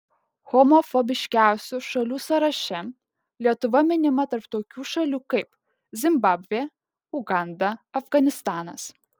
homofobiškiausių šalių sąraše lietuva minima tarp tokių šalių kaip zimbabvė uganda afganistanas